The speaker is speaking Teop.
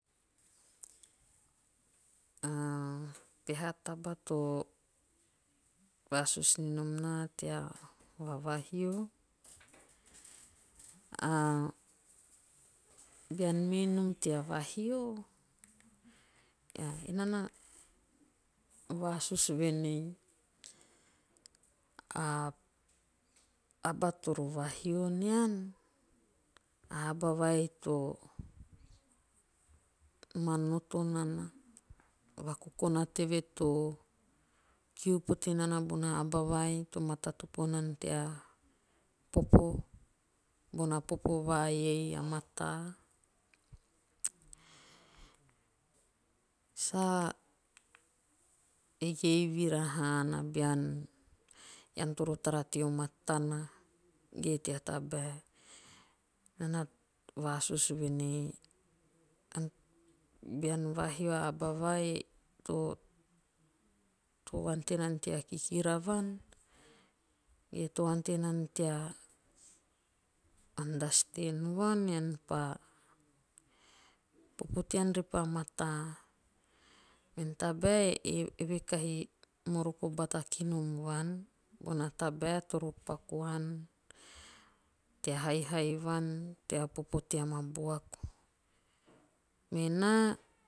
A- mm peha taba to vasusu ninom naa tea vavahio. a ben mei nom tea vahio. ea enaa na vasusu voen ei. a aba toro vahio nian. a aba vai to manoto nana. o vakokona teve nian. a aba vai to manoto nana. o vakokona teve to kiu pote nana bona aba vai to matatopo nana tea popo bona vai ei a mataa. Sa eiei vira haana bean toro tara teo matana. ge tabae. Enaa na vasusu voen ei am bean va hio a aba vai to--to ante nana tea kikira vuan. ge to ante nana tea 'understand'vuan ean pa popo tean repa mataa. Mene tabae e eve kahi moroko bata kinom vuan. bona tabae toro paku an. tea haihai vuan tea popo taem a buaku. Me naa,